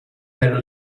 her